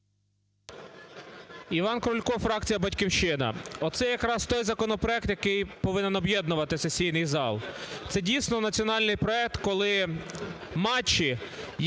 Іван Крулько, фракція "Батьківщина". Оце якраз той законопроект, який повинен об'єднувати сесійний зал. Це, дійсно, національний проект, коли матчі,